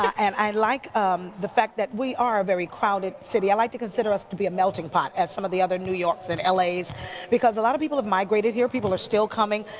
and i like um the fact that we are a very crowded city. i like to consider us to be a melting pot as some of the other new yorks and las because a lot of people have migrated here. people are still coming.